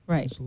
Right